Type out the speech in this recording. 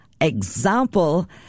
Example